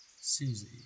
Susie